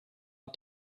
out